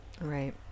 Right